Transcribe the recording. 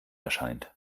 erscheint